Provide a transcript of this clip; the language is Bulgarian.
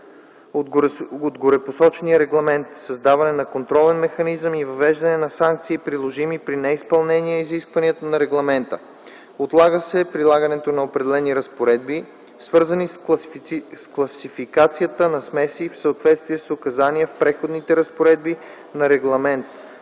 от горепосочения регламент, създаване на контролен механизъм и въвеждане на санкции, приложими при неизпълнение изискванията на регламента. Отлага се прилагането на определени разпоредби, свързани с класификацията на смеси, в съответствие с указания в Преходните разпоредби на регламента